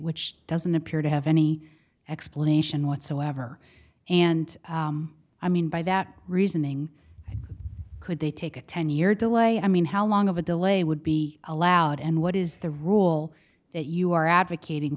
which doesn't appear to have any explanation whatsoever and i mean by that reasoning could they take a ten year delay i mean how long of a delay would be allowed and what is the rule that you are advocating